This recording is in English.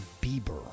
Bieber